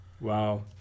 Wow